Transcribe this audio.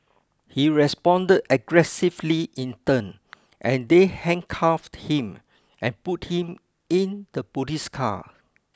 he responded aggressively in turn and they handcuffed him and put him in the police car